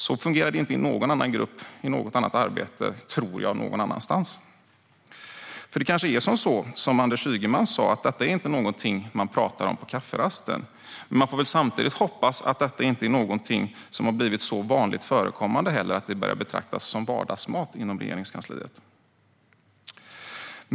Så fungerar det inte i någon annan grupp i något annat arbete någon annanstans, tror jag. För det kanske är som Anders Ygeman sa: Detta är inte någonting man pratar om på kafferasten. Men man får samtidigt hoppas att detta inte heller är någonting som blivit så vanligt förekommande att det börjar betraktas som vardagsmat inom Regeringskansliet.